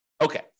Okay